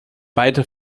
weiter